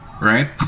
right